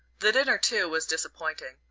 the dinner too was disappointing.